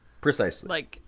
Precisely